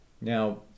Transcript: now